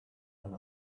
and